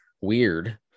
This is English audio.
weird